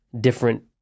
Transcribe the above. different